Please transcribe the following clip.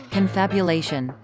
Confabulation